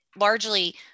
largely